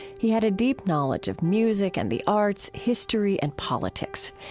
he had a deep knowledge of music and the arts, history and politics.